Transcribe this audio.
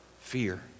Fear